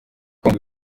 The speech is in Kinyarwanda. com